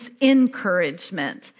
encouragement